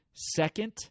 Second